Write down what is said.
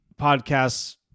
podcasts